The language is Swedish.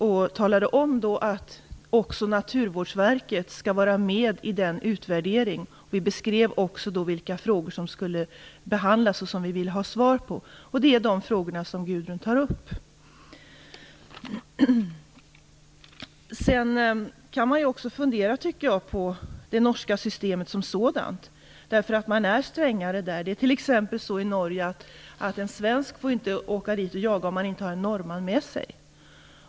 Jag sade då att också Naturvårdsverket skall vara med i utvärderingen och beskrev de frågor som skulle behandlas och som vi ville ha svar på. Det är just de frågorna som Gudrun Lindvall här tar upp. Jag tycker att man kan fundera över det norska systemet som sådant. Man är strängare där. En svensk får t.ex. inte åka till Norge för att jaga utan att ha en norrman med sig.